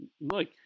Look